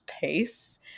pace